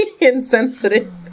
insensitive